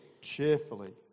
cheerfully